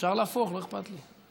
אפשר להפוך, לא אכפת לי.